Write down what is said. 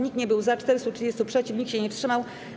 Nikt nie był za, 430 - przeciw, nikt się nie wstrzymał.